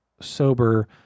sober